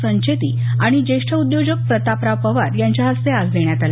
संचेती आणि ज्येष्ठ उद्योजक प्रतापराव पवार यांच्या हस्ते आज देण्यात आला